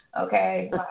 okay